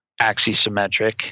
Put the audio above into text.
axisymmetric